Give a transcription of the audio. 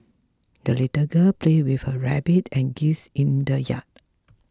the little girl played with her rabbit and geese in the yard